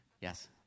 Yes